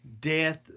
death